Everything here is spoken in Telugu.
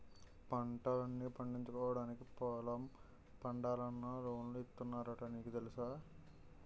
పంటల్ను పండించుకోవడానికి పొలం పండాలన్నా లోన్లు ఇస్తున్నారట నీకు తెలుసా?